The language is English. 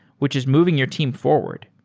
which is moving your team forward.